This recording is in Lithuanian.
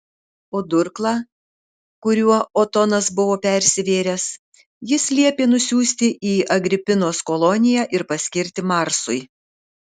o durklą kuriuo otonas buvo persivėręs jis liepė nusiųsti į agripinos koloniją ir paskirti marsui